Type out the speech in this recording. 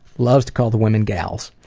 loves to call the women gals.